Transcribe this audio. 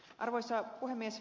arvoisa puhemies